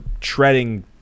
treading